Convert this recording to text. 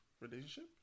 relationship